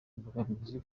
imbogamizi